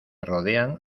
rodean